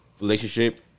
relationship